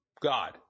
God